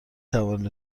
توانید